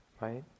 right